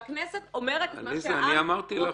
והכנסת אומרת את מה שהעם רוצה.